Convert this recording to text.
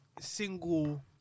single